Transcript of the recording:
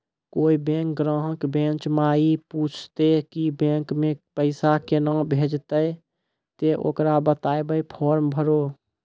कोय बैंक ग्राहक बेंच माई पुछते की बैंक मे पेसा केना भेजेते ते ओकरा बताइबै फॉर्म भरो